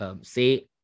say